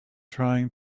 trying